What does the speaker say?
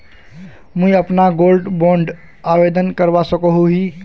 मुई अपना gold bond आवेदन करवा सकोहो ही?